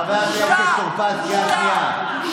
חבר הכנסת טור פז, אתה בקריאה ראשונה.